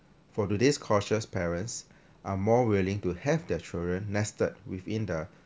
higher for today's cautious parents are more willing to have their children nested within the